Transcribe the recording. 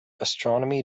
astronomy